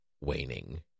waning